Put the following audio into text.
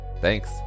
Thanks